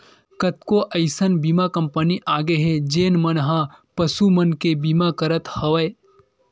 कतको अइसन बीमा कंपनी आगे हे जेन मन ह पसु मन के बीमा करत हवय